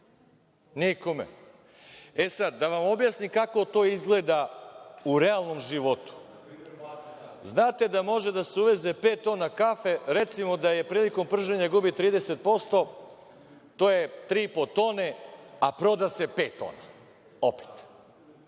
Nikome. Sada da vam objasnim kako to izgleda u realnom životu. Znate da može da se uveze pet tona kafe. Recimo da prilikom prženja gubi 30%. To je tri i po tone, proda se pet tona, opet.